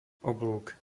oblúk